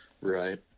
Right